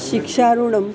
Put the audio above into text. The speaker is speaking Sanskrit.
शिक्षाऋणम्